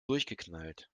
durchgeknallt